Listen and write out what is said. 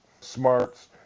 smarts